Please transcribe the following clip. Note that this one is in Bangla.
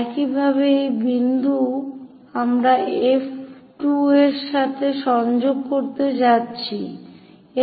একইভাবে এই বিন্দু আমরা F2 এর সাথে সংযোগ করতে যাচ্ছি